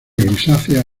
grisácea